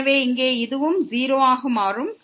எனவே இங்கே இதுவும் 0 ஆக மாறும்